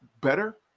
better